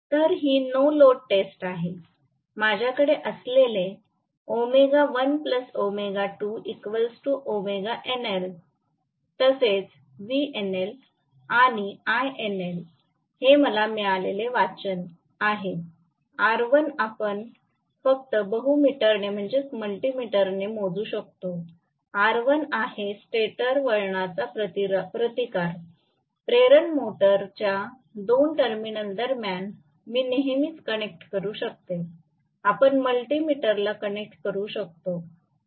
तर ही no load test आहे माझ्याकडे असलेले तसेच VNL आणि INL हे मला मिळालेले वाचन रेड़ीन्ग्स आहे R1 आपण फक्त बहु मीटरने मल्टि मीटर मोजू शकतो R1 आहे स्टेटर वळणचा प्रतिकार प्रेरण मोटर स्टेटरच्या दोन टर्मिनल दरम्यान मी नेहमीच कनेक्ट करू शकते आपण मल्टि मीटरला कनेक्ट करू शकतो